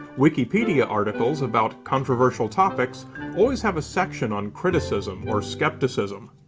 wikipedia articles about controversial topics always have a section on criticism or skepticism.